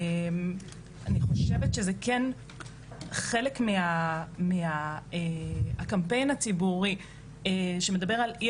אני חושבת שזה כן חלק מהקמפיין הציבורי שמדבר על אי